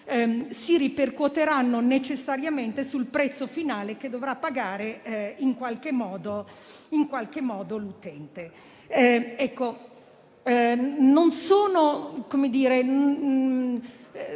si ripercuoteranno necessariamente sul prezzo finale che dovrà pagare l'utente.